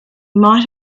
might